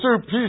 peace